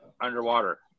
Underwater